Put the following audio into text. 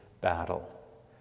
battle